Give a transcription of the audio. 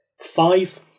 five